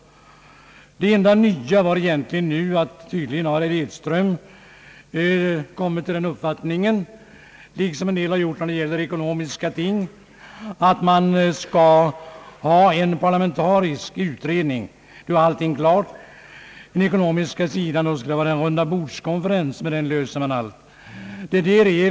Det enda nya var egentligen att herr Edström tydligen kommit till den uppfattningen — liksom en del har gjort i fråga om ekonomiska ting — att man skall ha en parlamentarisk utredning, och så skulle allting vara klart. På den ekonomiska sidan skall det vara en rundabordskonferens för att klara alla bekymmer.